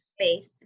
space